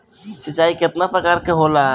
सिंचाई केतना प्रकार के होला?